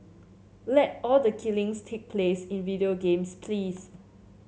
let all the killings take place in video games please